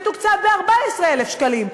מתוקצב ב-14,000 שקלים,